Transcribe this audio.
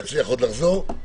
אני איש מעשי, עובד בצורה מעשית.